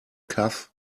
cough